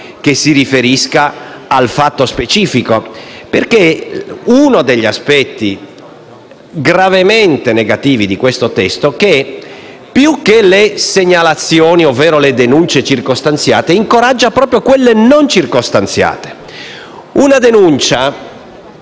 ci si riferisca al fatto specifico. Uno degli aspetti gravemente negativi del testo al nostro esame è che esso più che le segnalazioni, ovvero le denunce circostanziate, incoraggia proprio quelle non circostanziate. Una denuncia,